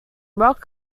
rock